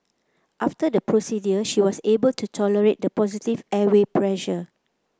after the procedure she was able to tolerate the positive airway pressure